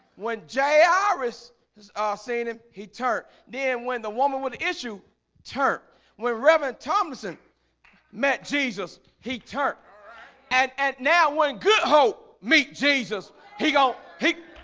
when j iris has ah seen him he turned then when the woman would issue turn when reverend thompson met jesus he turned and and now when good hope meet jesus he don't pick